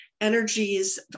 energies